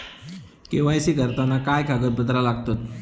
KYC करताना काय कागदपत्रा लागतत?